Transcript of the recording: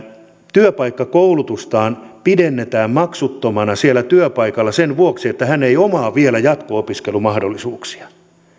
työpaikkakoulutusta pidennetään maksuttomana siellä työpaikalla sen vuoksi että hän ei omaa vielä jatko opiskelumahdollisuuksia